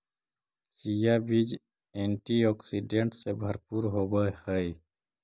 chia बीज antioxidant से भरपूर होवअ हई